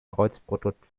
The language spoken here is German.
kreuzprodukt